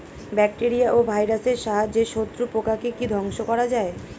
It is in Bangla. ব্যাকটেরিয়া ও ভাইরাসের সাহায্যে শত্রু পোকাকে কি ধ্বংস করা যায়?